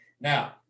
Now